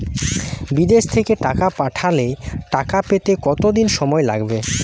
বিদেশ থেকে টাকা পাঠালে টাকা পেতে কদিন সময় লাগবে?